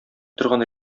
торган